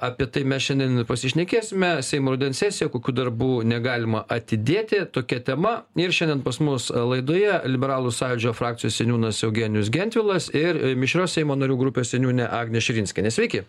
apie tai mes šiandien ir pasišnekėsime seimo rudens sesija kokių darbų negalima atidėti tokia tema ir šiandien pas mus laidoje liberalų sąjūdžio frakcijos seniūnas eugenijus gentvilas ir mišrios seimo narių grupės seniūnė agnė širinskienė sveiki